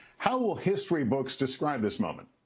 how will history books describe this moment?